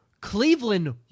Cleveland